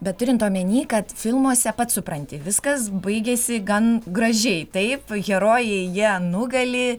bet turint omeny kad filmuose pats supranti viskas baigiasi gan gražiai taip herojai jie nugali